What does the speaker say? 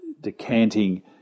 decanting